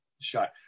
shot